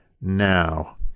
Now